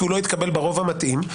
כי הוא לא התקבל ברוב המתאים.